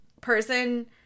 person